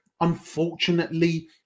unfortunately